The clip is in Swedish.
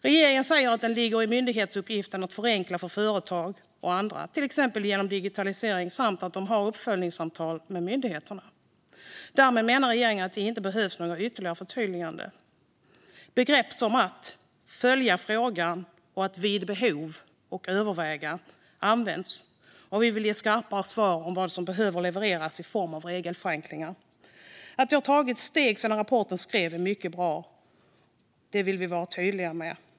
Regeringen säger att det ligger i myndighetsuppgiften att förenkla för företag och andra, till exempel genom digitalisering, samt att man har uppföljningssamtal med myndigheterna. Därmed menar regeringen att det inte behövs några ytterligare förtydliganden. Uttryck som "följa frågan", "vid behov" och "överväga" används, och vi vill ge skarpare svar om vad som behöver levereras i form av regelförenklingar. Att det har tagits steg sedan rapporten skrevs är mycket bra. Det vill vi vara tydliga med.